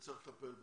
וצריך לטפל בה.